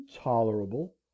TOLERABLE